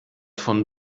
von